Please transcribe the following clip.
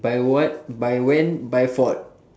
by what by when by